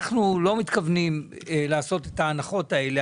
אנחנו לא מתכוונים לעשות את ההנחות האלה.